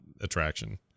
attraction